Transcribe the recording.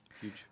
Huge